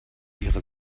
ihre